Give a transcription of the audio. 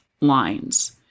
lines